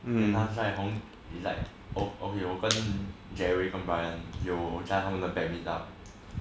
um 他在同 it's like okay 我跟 jerry brian 有在同他们的 band meet up